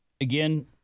again